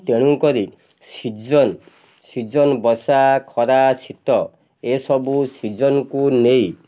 ତେଣୁକରି season season ବସା ଖରା ଶୀତ ଏସବୁ ସିଜନ୍କୁ ନେଇ